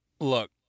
look